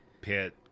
pit